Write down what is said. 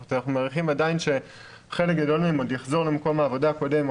אז אנחנו מעריכים שחלק גדול מהם עוד יחזור למקום העבודה הקודם,